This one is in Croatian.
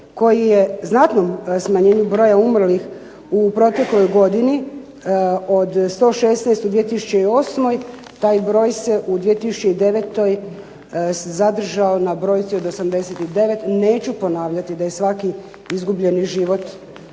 biti i zadovoljni smanjenjem broja umrlih u protekloj godini od 116 u 2008. Taj broj se u 2009. zadržao na brojci od 89. Neću ponavljati da je svaki izgubljeni život jednako